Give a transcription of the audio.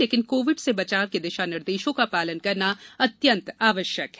लेकिन कोविड से बचाव के दिशानिर्देशों का पालन करना अत्यन्त आवश्यक है